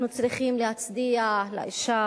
אנחנו צריכים להצדיע לאשה